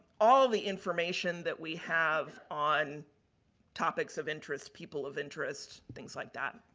all the information that we have on topics of interest, people of interest, things like that.